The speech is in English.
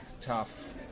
tough